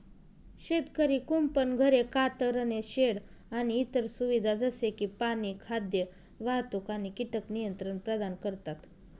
शेतकरी कुंपण, घरे, कातरणे शेड आणि इतर सुविधा जसे की पाणी, खाद्य, वाहतूक आणि कीटक नियंत्रण प्रदान करतात